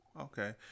Okay